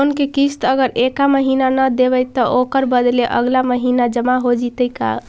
Loan के किस्त अगर एका महिना न देबै त ओकर बदले अगला महिना जमा हो जितै का?